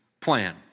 plan